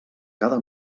cada